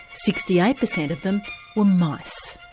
sixty-eight per cent of them were mice.